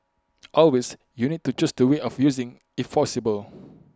always you need to choose the way of using if possible